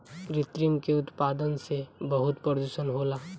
कृत्रिम के उत्पादन से बहुत प्रदुषण होला